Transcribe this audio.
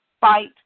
Fight